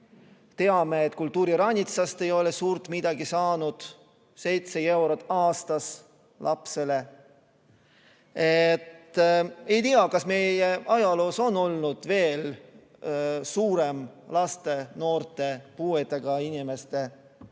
Teame, et kultuuriranitsast ei ole suurt midagi saanud, seitse eurot aastas lapsele. Ei tea, kas meie ajaloos on olnud veel laste, noorte ja puuetega inimeste